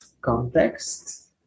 context